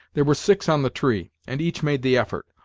there were six on the tree, and each made the effort.